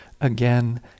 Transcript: again